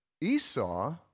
Esau